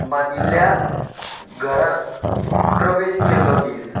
बांदिल्ल्या घरांत प्रवेश केल्लो दीस